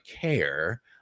care